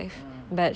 mm